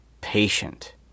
patient